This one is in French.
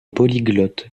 polyglotte